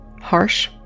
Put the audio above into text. harsh